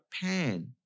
Pan